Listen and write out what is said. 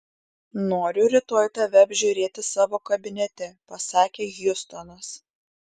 noriu rytoj tave apžiūrėti savo kabinete pasakė hjustonas